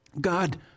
God